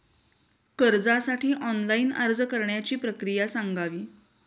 कर्जासाठी ऑनलाइन अर्ज करण्याची प्रक्रिया सांगावी